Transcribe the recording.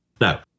Now